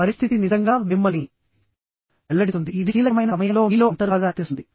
పరిస్థితి నిజంగా మిమ్మల్ని వెల్లడిస్తుంది ఇది కీలకమైన సమయాల్లో మీలో అంతర్భాగాన్ని తెస్తుంది